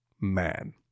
man